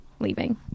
Leaving